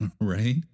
right